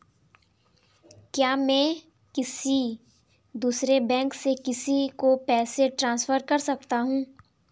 क्या मैं किसी दूसरे बैंक से किसी को पैसे ट्रांसफर कर सकता हूँ?